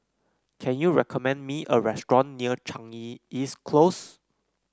can you recommend me a restaurant near Chanyi East Close